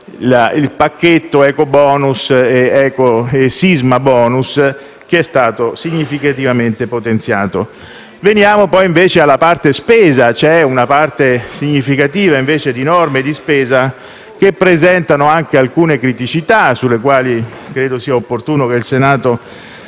il pacchetto ecobonus e sismabonus che è stato significativamente potenziato. Veniamo alla parte spesa. C'è una parte significativa di norme di spesa che presentano anche alcune criticità, sulle quali credo sia opportuno che il Senato